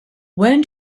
when